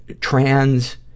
trans-